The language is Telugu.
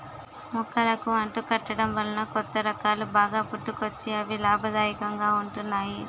మొక్కలకు అంటు కట్టడం వలన కొత్త రకాలు బాగా పుట్టుకొచ్చి అవి లాభదాయకంగా ఉంటున్నాయి